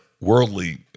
worldly